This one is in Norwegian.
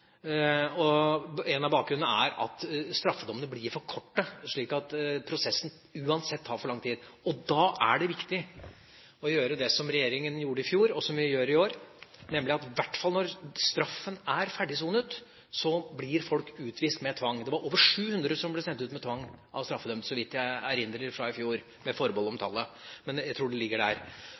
En av grunnene er at straffedommene blir for korte, slik at prosessen uansett tar for lang tid. Og da er det viktig å gjøre det som regjeringa gjorde i fjor, og som vi gjør i år, nemlig at i hvert fall når straffen er ferdigsonet, så blir folk utvist med tvang. Det var over 700 straffedømte som ble sendt ut med tvang i fjor, så vidt jeg erindrer – med forbehold om tallet, men jeg tror det ligger der.